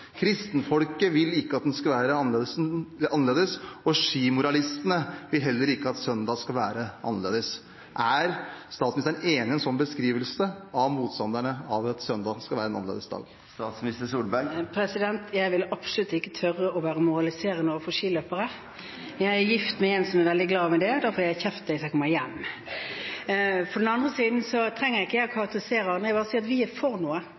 kristenfolket vil ikke at den skal være annerledes, og skimoralistene vil heller ikke at søndag skal være annerledes. Er statsministeren enig i en sånn beskrivelse av motstanderne av at søndagen skal være en annerledes dag? Jeg ville absolutt ikke tørre å være moraliserende overfor skiløpere, for jeg er gift med en som er veldig glad i å gå på ski. Da får jeg kjeft når jeg kommer hjem! På den andre siden trenger ikke jeg å karakterisere andre, jeg sier bare at vi er for noe.